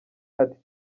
ati